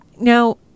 now